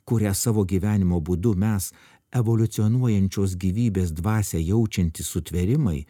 kuria savo gyvenimo būdu mes evoliucionuojančios gyvybės dvasia jaučiantys sutvėrimai